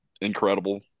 incredible